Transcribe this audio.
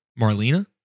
Marlena